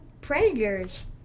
predators